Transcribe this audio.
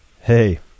Hey